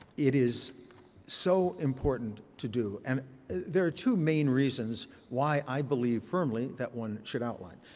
it is so important to do. and there are two main reasons why i believe firmly that one should outline.